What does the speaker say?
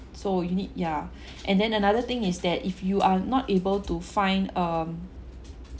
so you need ya and then another thing is that if you are not able to find um